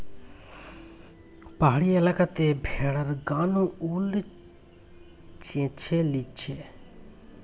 পাহাড়ি এলাকাতে ভেড়ার গা নু উল চেঁছে লিছে